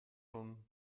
von